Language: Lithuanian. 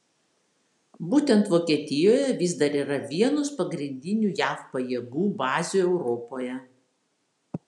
būtent vokietijoje vis dar yra vienos pagrindinių jav pajėgų bazių europoje